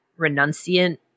renunciant